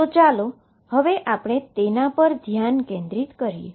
તો ચાલો હવે તેના પર ધ્યાન કેંદ્રીત કરીએ